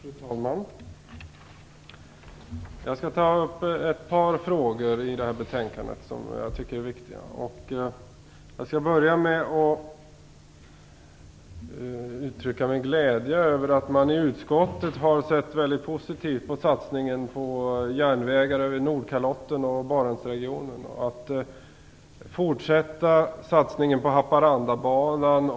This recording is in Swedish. Fru talman! Jag skall ta upp ett par frågor som jag tycker är viktiga i det här betänkandet. Jag skall börja med att uttrycka min glädje över att man i utskottet har sett mycket positivt på satsningen på järnvägar över Nordkalotten och Barentsregionen och en fortsatt satsning på Haparandabanan.